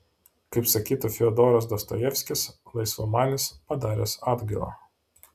kaip sakytų fiodoras dostojevskis laisvamanis padaręs atgailą